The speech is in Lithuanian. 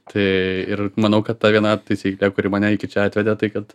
tai ir manau kad ta viena taisyklė kuri mane iki čia atvedė tai kad